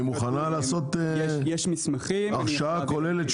הוא מוכן לעשות הרשאה כוללת,